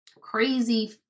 crazy